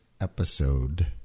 episode